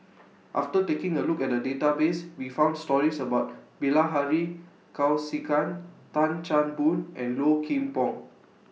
after taking A Look At The Database We found stories about Bilahari Kausikan Tan Chan Boon and Low Kim Pong